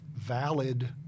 valid